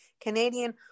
Canadian